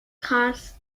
caius